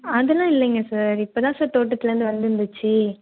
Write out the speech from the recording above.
அதெல்லாம் இல்லைங்க சார் இப்போ தான் சார் தோட்டத்திலேருந்து வந்துருந்துச்சு